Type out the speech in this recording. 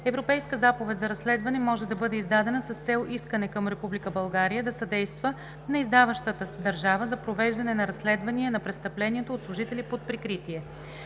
Европейска заповед за разследване може да бъде издадена с цел искане към Република България да съдейства на издаващата държава за провеждане на разследвания на престъплението от служители под прикритие.